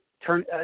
turn